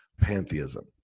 pantheism